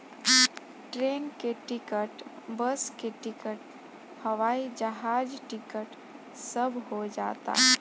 train के ticket, bus के ticket, हवाई जहाज टिकट सब हो जाता